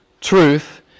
truth